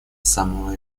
самого